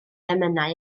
emynau